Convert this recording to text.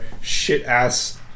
shit-ass